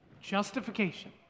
Justification